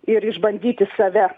ir išbandyti save